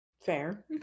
Fair